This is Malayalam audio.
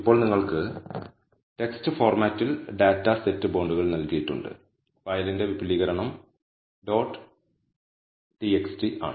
ഇപ്പോൾ നിങ്ങൾക്ക് ടെക്സ്റ്റ് ഫോർമാറ്റിൽ ഡാറ്റാ സെറ്റ് ബോണ്ടുകൾ നൽകിയിട്ടുണ്ട് ഫയലിന്റെ വിപുലീകരണം ഡോട്ട് "txt" ആണ്